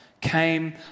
came